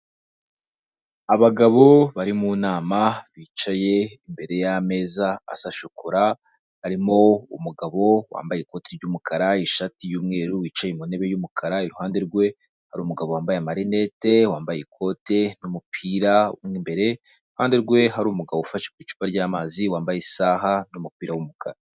Abagabo bari mu nama bicaye imbere y'ameza asa shokora, harimo umugabo wambaye ikoti ry'umukara, ishati y'umweru, wicaye ku ntebe y'umukara, iruhande rwe hari umugabo wambaye amarinete, wambaye ikote n'umupira mu imbere, iruhande rwe hari umugabo ufashe icupa ry'amazi, wambaye isaha n'umupira w'umukara.